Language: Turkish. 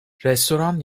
restoran